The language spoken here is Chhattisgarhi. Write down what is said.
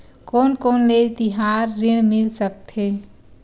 कोन कोन ले तिहार ऋण मिल सकथे?